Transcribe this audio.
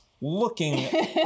looking